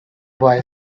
boy